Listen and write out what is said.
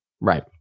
Right